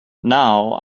now